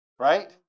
right